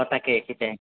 তাকে কেইটাই